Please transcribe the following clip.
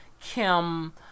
Kim